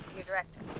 your director.